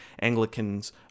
Anglicans